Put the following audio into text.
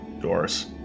Doris